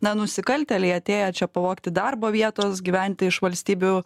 na nusikaltėliai atėję čia pavogti darbo vietos gyventi iš valstybių